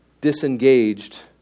disengaged